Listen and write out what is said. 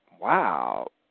wow